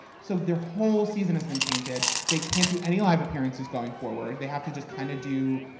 so their whole season has been tainted. they can't do any live appearances going forward. they have to just kind of do,